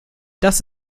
das